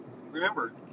Remember